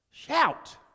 shout